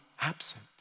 absent